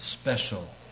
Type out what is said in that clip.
special